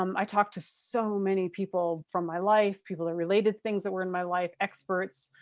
um i talked to so many people from my life, people that related things that were in my life, experts,